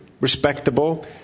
respectable